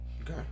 Okay